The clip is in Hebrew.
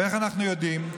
ואיך אנחנו יודעים?